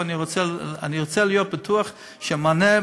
ואני רוצה להיות בטוח לגבי המענה,